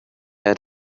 are